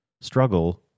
struggle